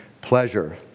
pleasure